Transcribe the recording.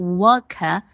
worker